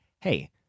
hey